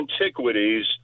antiquities